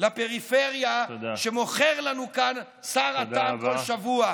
זאת הדאגה לפריפריה שמוכר לנו כאן סר הטעם כל שבוע.